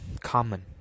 common